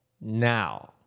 Now